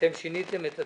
אתם שיניתם את התאריך.